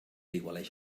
aigualeix